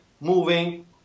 moving